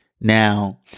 Now